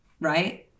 right